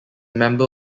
member